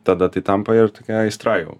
tada tai tampa ir tokia aistra jau